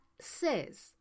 says